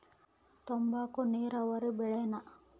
ತಂಬಾಕು ನೇರಾವರಿ ಬೆಳೆನಾ?